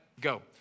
go